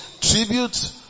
tribute